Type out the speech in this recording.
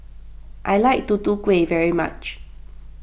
I like Tutu Kueh very much